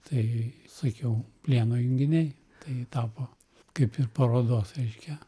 tai sakiau plieno junginiai kai tapo kaip ir parodos reiškia